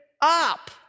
up